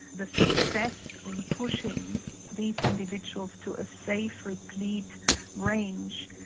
the success in pushing these individuals to a safe replete range,